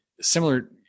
similar